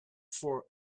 for